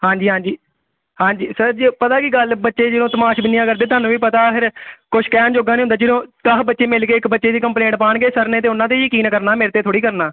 ਹਾਂਜੀ ਹਾਂਜੀ ਹਾਂਜੀ ਸਰ ਜੀ ਪਤਾ ਕੀ ਗੱਲ ਬੱਚੇ ਜਦੋਂ ਤਮਾਸ਼ਬੀਨੀਆਂ ਕਰਦੇ ਤੁਹਾਨੂੰ ਵੀ ਪਤਾ ਫਿਰ ਕੁਛ ਕਹਿਣ ਜੋਗਾ ਨਹੀਂ ਹੁੰਦਾ ਜਦੋਂ ਦਸ ਬੱਚੇ ਮਿਲ ਗਏ ਇੱਕ ਬੱਚੇ ਦੀ ਕੰਪਲੇਂਟ ਪਾਉਣਗੇ ਸਰ ਨੇ ਤਾਂ ਉਹਨਾਂ 'ਤੇ ਹੀ ਯਕੀਨ ਕਰਨਾ ਮੇਰੇ 'ਤੇ ਥੋੜ੍ਹੀ ਕਰਨਾ